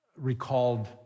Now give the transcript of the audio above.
recalled